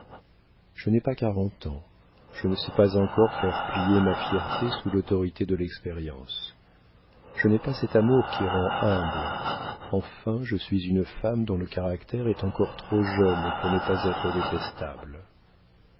je n'ai pas quarante ans je ne sais pas encore faire plier ma fierté sous l'autorité de l'expérience je n'ai pas cet amour qui rend humble enfin je suis une femme dont le caractère est encore trop jeune pour ne pas être détestable